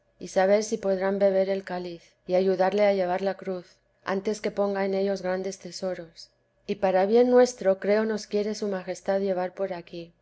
y saber si podrán beber el cáliz y ayudarle a llevar la cruz antes que ponga en ellos grandes tesoros y para bien nuestro creo nos quiere su majestad llevar por aquí